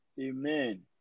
Amen